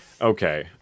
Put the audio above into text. Okay